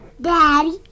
Daddy